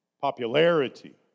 popularity